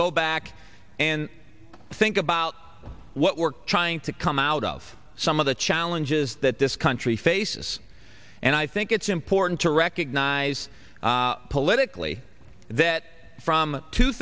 go back and think about what we're trying to come out of some of the challenges that this country faces and i think it's important to recognize politically that from two